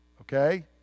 Okay